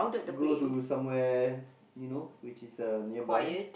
go to somewhere you know which is um nearby